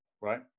right